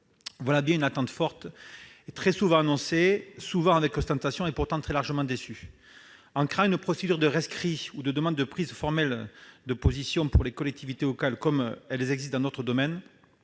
missions- attente forte, très souvent annoncée, souvent avec ostentation, et pourtant très largement déçue. La création d'une procédure de rescrit, ou de demande de prise de position formelle, pour les collectivités locales, comme il en existe dans d'autres domaines,